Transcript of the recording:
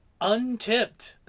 Untipped